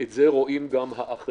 את זה רואים גם האחרים,